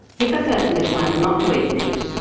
if a person decides not to eat meat,